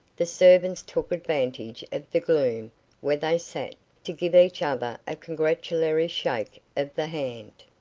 the servants took advantage of the gloom where they sat to give each other a congratulatory shake of the hand.